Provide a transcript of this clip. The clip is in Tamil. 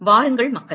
வாருங்கள் மக்களே